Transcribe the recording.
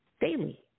daily